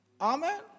Amen